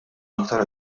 aktar